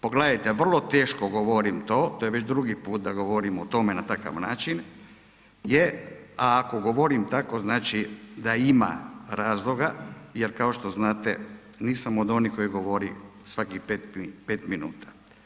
Pogledajte, vrlo teško govorim to, to je već drugi put da govorim o tome na takav način jer, a ako govorim tako znači da ima razloga jer kao što znate nisam od onih koji govori svakih 5 minuta.